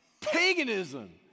Paganism